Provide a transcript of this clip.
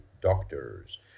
doctors